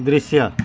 दृश्य